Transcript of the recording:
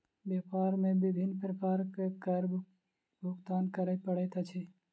व्यापार मे विभिन्न प्रकारक कर भुगतान करय पड़ैत अछि